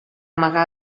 amagar